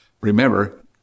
Remember